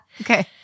Okay